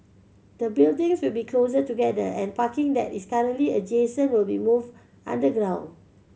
the buildings will be closer together and parking that is currently adjacent will be moved underground